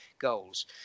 goals